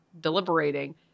deliberating